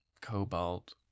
Cobalt